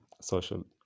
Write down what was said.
Social